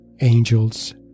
angels